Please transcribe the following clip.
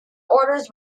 orders